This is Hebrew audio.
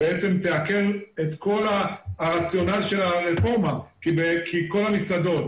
היא בעצם תעקר את כל הרציונל של הרפורמה כי כל המסעדות